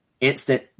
instant